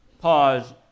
pause